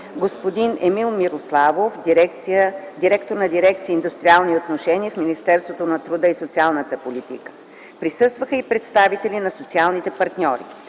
господин Емил Мирославов – директор на дирекция „Индустриални отношения” в Министерството на труда и социалната политика. Присъстваха и представители на социалните партньори.